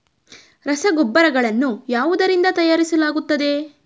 ರಸಗೊಬ್ಬರಗಳನ್ನು ಯಾವುದರಿಂದ ತಯಾರಿಸಲಾಗುತ್ತದೆ?